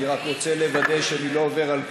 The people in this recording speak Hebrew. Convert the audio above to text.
אני רק רוצה לוודא שאני לא עובר על כלל,